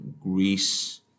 Greece